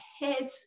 head